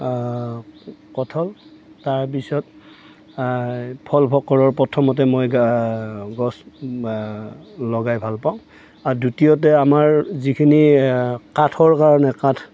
কঠল তাৰপিছত ফল ফক্কৰৰ প্ৰথমতে মই গছ লগাই ভাল পাওঁ আৰু দ্বিতীয়তে আমাৰ যিখিনি কাঠৰ কাৰণে কাঠ